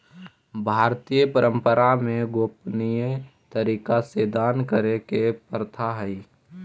भारतीय परंपरा में गोपनीय तरीका से दान करे के प्रथा हई